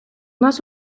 нас